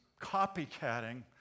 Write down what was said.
copycatting